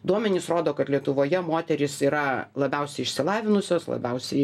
duomenys rodo kad lietuvoje moterys yra labiausiai išsilavinusios labiausiai